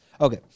Okay